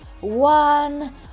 one